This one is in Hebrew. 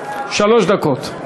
שלוש דקות.